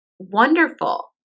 wonderful